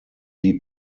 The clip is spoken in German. die